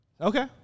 Okay